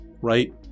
right